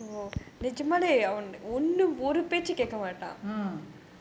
uh